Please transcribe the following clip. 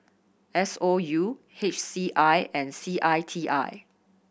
S O U H C I and C I T I